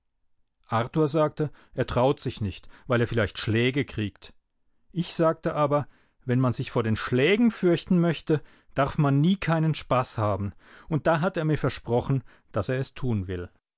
arthur sagte er traut sich nicht weil er vielleicht schläge kriegt ich sagte aber wenn man sich vor den schlägen fürchten möchte darf man nie keinen spaß haben und da hat er mir versprochen daß er es tun will